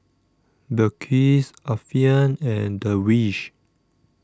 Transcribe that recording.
Balqis Alfian and Darwish